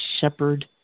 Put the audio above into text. shepherd